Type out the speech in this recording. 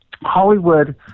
Hollywood